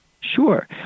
Sure